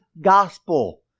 gospel